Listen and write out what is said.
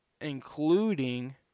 including